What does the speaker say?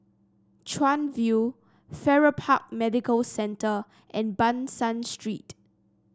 Chuan View Farrer Park Medical Centre and Ban San Street